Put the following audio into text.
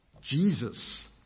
Jesus